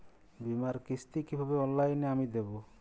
বীমার কিস্তি কিভাবে অনলাইনে আমি দেবো?